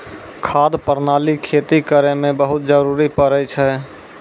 खाद प्रणाली खेती करै म बहुत जरुरी पड़ै छै